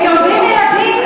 אם יולדים ילדים,